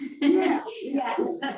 Yes